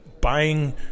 buying